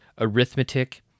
arithmetic